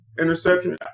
interception